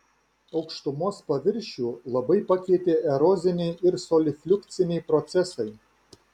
aukštumos paviršių labai pakeitė eroziniai ir solifliukciniai procesai